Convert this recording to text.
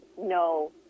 no